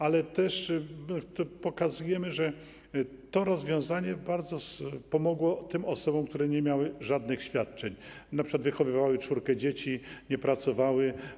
Ale też pokazujemy, że to rozwiązanie bardzo pomogło osobom, które nie miały żadnych świadczeń, np. wychowywały czwórkę dzieci, nie pracowały.